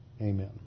Amen